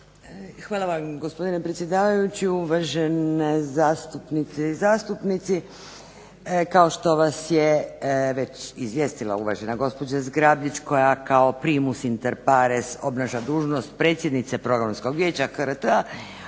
Hvala vam gospodine predsjedavajući, uvažene zastupnice i zastupnici. Kao što vas je već izvijestila uvažena gospođa Zgrabljić koja kao primus interpares obnaša dužnost predsjednice Programskog vijeća HRT-a